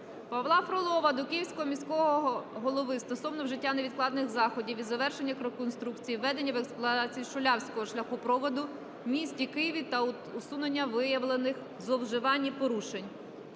Павла Фролова до Київського міського голови стосовно вжиття невідкладних заходів із завершення реконструкції, введення в експлуатацію Шулявського шляхопроводу в місті Києві та усунення виявлених зловживань і порушень.